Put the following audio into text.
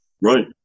Right